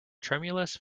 tremulous